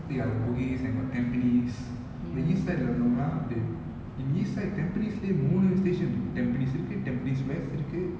ya got bugis and got tampines the east side lah உள்ளவங்களா வந்து:ullavangalaa vanthu in east side tampines லே மூணு:le moonu station இருக்கு:iruku tampines இருக்கு:iruku tampines west இருக்கு:iruku